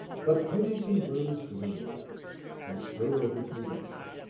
but pendleton rose gloomily and strode over to the window.